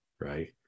right